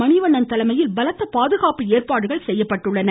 மணிவண்ணன் தலைமையில் பலத்த பாதுகாப்பு ஏற்பாடுகள் செய்யப்பட்டுள்ளன